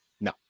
No